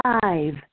Five